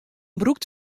brûkt